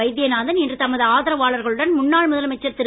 வைத்தியநாதன் இன்று தமது ஆதரவாளர்களுடன் முன்னாள் முதலமைச்சர் திரு